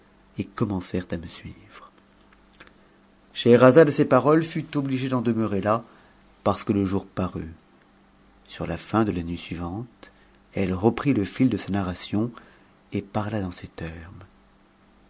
et commencèrent à me suivre scheherazade à ces paroles fut obligée d'en demeurer là parce que i jour parut sur la fin de la nuit suivante elle reprit le fil de sa narration et parla dans ces termes